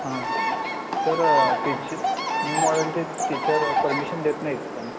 हां सर त्याची न्यू मॉळलचे टीचर परमिशन देत नाहीत पण